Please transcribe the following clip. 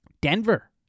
Denver